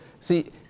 See